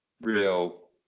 real